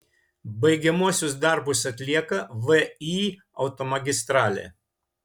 baigiamuosius darbus atlieka vį automagistralė